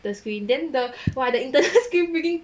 the screen then the !wah! the internet frigging